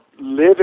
live